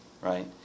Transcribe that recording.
Right